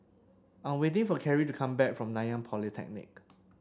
I'm waiting for Kerri to come back from Nanyang Polytechnic